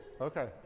Okay